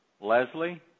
Leslie